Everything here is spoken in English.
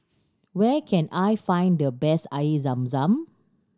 where can I find the best Air Zam Zam